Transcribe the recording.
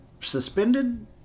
suspended